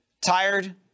Tired